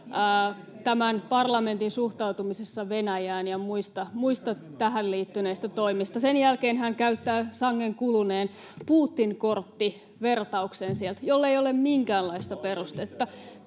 tämän parlamentin suhtautumisessa Venäjään ja muista tähän liittyneistä toimista. Sen jälkeen hän käyttää sangen kuluneen Putin-korttivertauksen, jolla ei ole minkäänlaista perustetta.